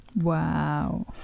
Wow